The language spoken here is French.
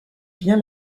bien